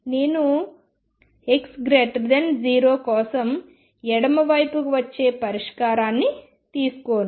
నేను x0 కోసం ఎడమ వైపుకు వచ్చే పరిష్కారాన్ని తీసుకోను